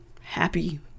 happy